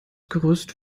gerüst